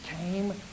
came